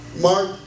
Mark